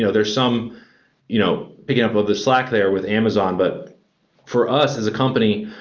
yeah there are some you know picking up of the slack there with amazon, but for us as a company,